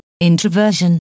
Introversion